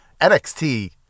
NXT